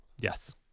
yes